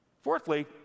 Fourthly